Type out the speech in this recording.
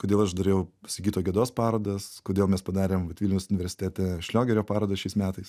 kodėl aš dariau sigito gedos parodas kodėl mes padarėm vat vilniaus universitete šliogerio parodą šiais metais